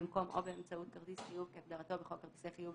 במקום "או באמצעות כרטיס חיוב כהגדרתו בחוק כרטיסי חיוב,